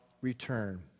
return